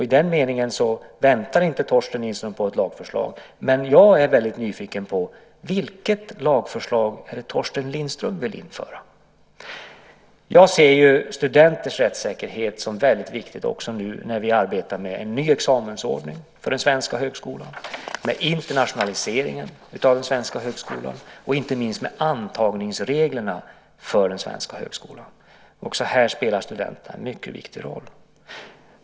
I den meningen, vänta inte, Torsten Lindström, på ett lagförslag. Jag är väldigt nyfiken på vilken lag som Torsten Lindström vill införa. Jag ser studenters rättssäkerhet som väldigt viktig nu när vi arbetar med en ny examensordning för de svenska högskolorna, med internationaliseringen av de svenska högskolorna och inte minst med antagningsreglerna för den svenska högskolan. Här spelar studenterna en mycket viktig roll.